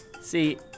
See